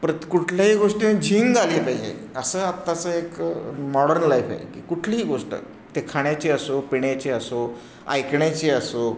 परत कुठल्याही गोष्टीनं झिंग आली पाहिजे असं आत्ताचं एक मॉडर्न लाईफ आहे की कुठलीही गोष्ट ते खाण्याची असो पिण्याची असो ऐकण्याची असो